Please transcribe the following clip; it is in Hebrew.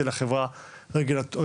אלא חברה רגולטורית.